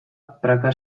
praka